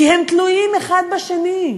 כי הם תלויים אחד בשני,